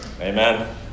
amen